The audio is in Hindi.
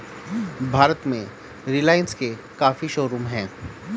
भारत में रिलाइन्स के काफी शोरूम हैं